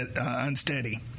unsteady